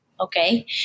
okay